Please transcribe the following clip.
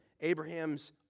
Abraham's